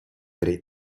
tre